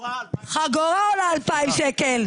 חגורה עולה 2,000 שקל.